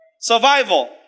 survival